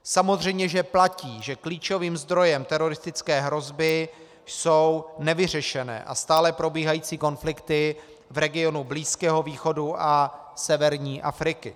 Samozřejmě, že platí, že klíčovým zdrojem teroristické hrozby jsou nevyřešené a stále probíhající konflikty v regionu Blízkého východu a severní Afriky.